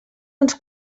uns